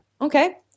Okay